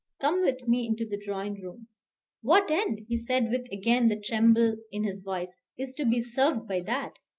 come with me into the drawing-room what end, he said, with again the tremble in his voice, is to be served by that?